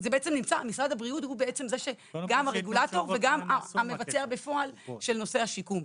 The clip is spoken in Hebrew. משרד הבריאות הוא גם הרגולטור וגם המבצע בפועל של נושא השיקום.